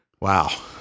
wow